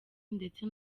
ndetse